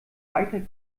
weiter